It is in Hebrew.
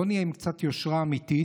בואו נהיה עם קצת יושרה אמיתית,